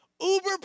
uber